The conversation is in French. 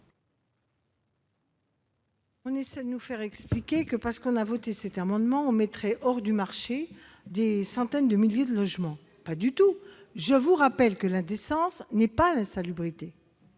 On essaie de nous expliquer que, en votant, cet amendement, on mettrait hors du marché des centaines de milliers de logements. Eh oui ! Pas du tout ! Je vous rappelle que l'indécence n'est pas l'insalubrité.